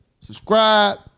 subscribe